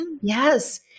Yes